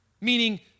Meaning